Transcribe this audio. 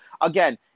Again